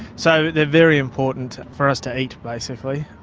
so they are very important for us to eat, basically.